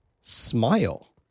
Smile